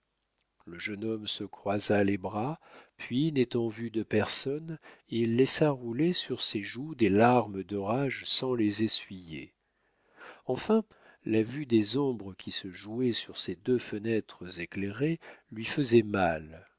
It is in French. le jeune homme se croisa les bras puis n'étant vu de personne il laissa rouler sur ses joues des larmes de rage sans les essuyer enfin la vue des ombres qui se jouaient sur ces deux fenêtres éclairées lui faisait mal